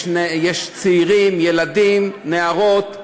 יש צעירים, ילדים ונערות.